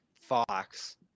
Fox